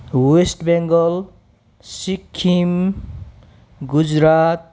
best Bengal Sikkim Gujarat